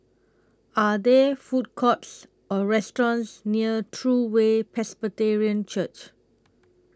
Are There Food Courts Or restaurants near True Way Presbyterian Church